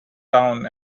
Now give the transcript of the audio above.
town